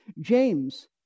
james